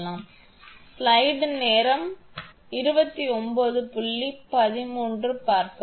எனவே நாம் 𝑣1 𝑣2 𝑣3 𝑣4 சமன்பாடு 12 ஐப் பெறுவோம் இது உங்கள் அனைத்து மின்னழுத்தங்கள்